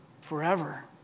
forever